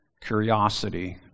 curiosity